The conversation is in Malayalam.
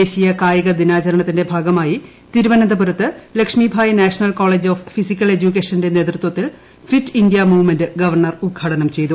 ദേശീയ കായിക ദിനാചാരണത്തിന്റെ ഭാഗമായി തിരുവനന്തപുരത്ത് Lakshmibai national college of physical എഡ്യൂക്കേഷന്റെ നേതൃത്വത്തിൽ ഫിറ്റ് ഇന്ത്യ മൂവ്മെന്റ് ഗവർണർ ഉദ്ഘാടനം ചെയ്തു